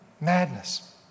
madness